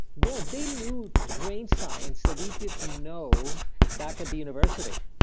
well, they knew brain science that we did know back at the university.